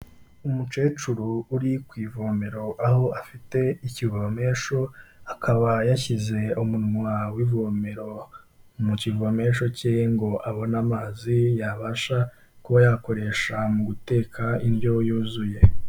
Umukecuru uri ku ivomero, aho afite ikivomesho, akaba yashyize umunwa w'ivomero mu kivomesho cye ngo abone amazi yabasha kuba yakoresha mu guteka indyo yuzuye.